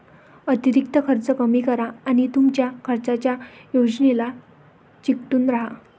अतिरिक्त खर्च कमी करा आणि तुमच्या खर्चाच्या योजनेला चिकटून राहा